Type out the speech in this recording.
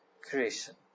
creation